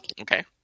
Okay